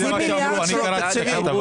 זה בגלל מחסור בתקציב.